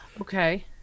Okay